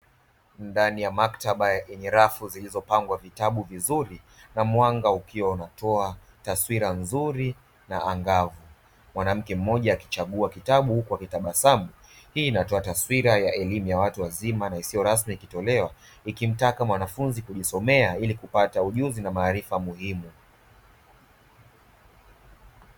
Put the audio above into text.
Ndani ya maktaba yenye rafu zilizopangwa vitabu vizuri na mwanga ukiwa unatoa taswira nzuri na angavu. Mwanamke mmoja akichagua kitabu huku akitabasamu, hii inatoa taswira ya elimu ya watu wazima na isiyo rasmi ikitolewa ikimtaka mwanafunzi kujisomea ili kupata ujuzi na maarifa muhimu.